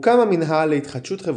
הוקם המינהל ל"התחדשות חברתית",